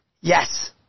Yes